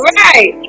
right